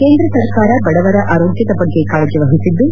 ಕೇಂದ್ರ ಸರ್ಕಾರ ಬಡವರ ಆರೋಗ್ಯದ ಬಗ್ಗೆ ಕಾಳಜಿ ವಹಿಸಿದ್ದು